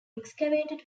excavated